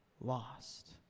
lost